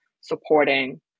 supporting